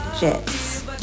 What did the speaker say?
Jets